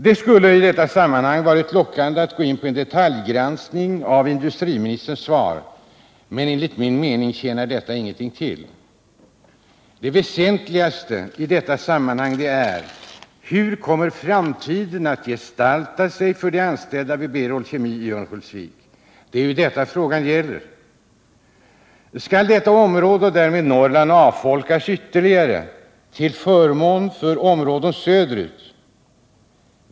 Det skulle i detta sammanhang ha varit lockande att gå in på en detaljgranskning av industriministerns svar, men enligt min mening tjänar detta ingenting till. Det väsentligaste i sammanhanget är hur framtiden kommer att gestalta sig för de anställda vid Berol Kemi i Örnsköldsvik. Det är ju detta frågan gäller. Skall det här området och därmed Norrland avfolkas ytterligare till förmån för områden söderut?